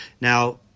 Now